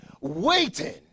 waiting